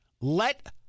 Let